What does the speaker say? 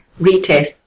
retest